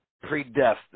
predestined